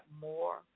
more